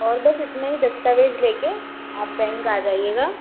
और बस इतना ही दस्तावेज ले कर आप बैंक आ जाइएगा